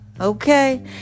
Okay